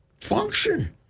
function